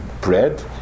bread